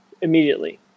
immediately